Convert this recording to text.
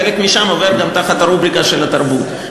חלק משם עובר גם תחת הרובריקה של התרבות,